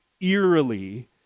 eerily